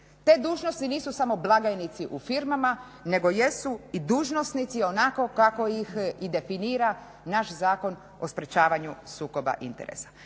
Te dužnosti nisu samo blagajnici u firmama nego jesu i dužnosnici onako kako ih i definira naš Zakon o sprečavanju sukoba interesa.